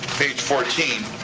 page fourteen.